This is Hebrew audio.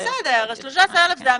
בסדר, 13,000 זה המינימום,